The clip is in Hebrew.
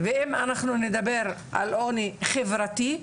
ואם אנחנו נדבר על עוני חברתי.